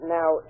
now